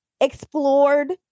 explored